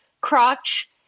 crotch